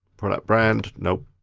product brand, nope.